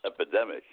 epidemic